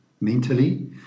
mentally